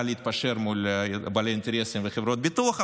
להתפשר מול בעלי אינטרסים וחברות הביטוח,